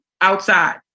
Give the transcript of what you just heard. outside